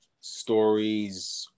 stories